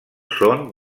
són